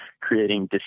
creating